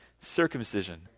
circumcision